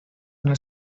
then